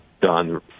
done